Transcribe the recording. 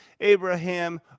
Abraham